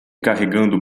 carregando